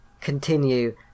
continue